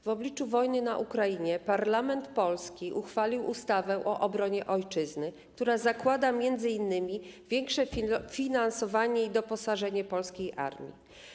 W obliczu wojny na Ukrainie parlament polski uchwalił ustawę o obronie Ojczyzny, która zakłada m.in. większe finansowanie i doposażenie polskiej armii.